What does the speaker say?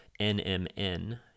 NMN